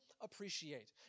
appreciate